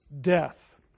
death